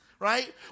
Right